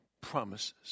promises